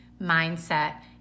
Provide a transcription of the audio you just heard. mindset